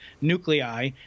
nuclei